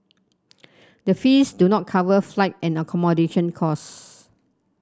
the fees do not cover flight and accommodation costs